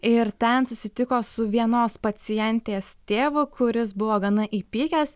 ir ten susitiko su vienos pacientės tėvu kuris buvo gana įpykęs